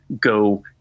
go